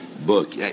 book